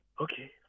okay